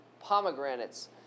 pomegranates